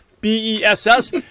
B-E-S-S